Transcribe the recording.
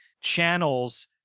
channels